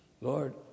Lord